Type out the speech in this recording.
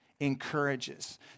encourages